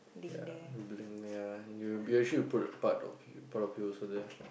ya blink ya you actually you put a part of part of you also there